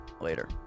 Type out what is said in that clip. Later